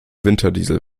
winterdiesel